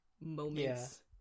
moments